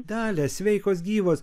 dalia sveikos gyvos